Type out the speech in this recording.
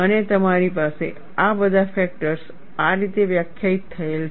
અને તમારી પાસે આ બધા ફેક્ટર્સ આ રીતે વ્યાખ્યાયિત થયેલ છે